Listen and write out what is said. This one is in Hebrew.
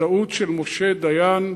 הטעות של משה דיין,